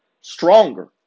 stronger